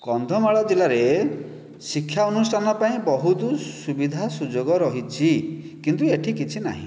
କନ୍ଧମାଳ ଜିଲ୍ଲାରେ ଶିକ୍ଷା ଅନୁଷ୍ଠାନ ପାଇଁ ବହୁତ ସୁବିଧା ସୁଯୋଗ ରହିଛି କିନ୍ତୁ ଏଠି କିଛି ନାହିଁ